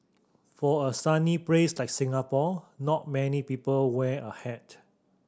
for a sunny brace like Singapore not many people wear a hat